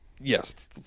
Yes